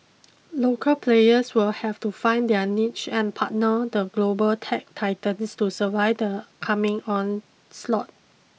local players will have to find their niche and partner the global tech titans to survive the coming onslaught